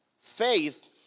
faith